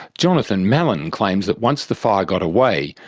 jonathan mallin claims that once the fire got away,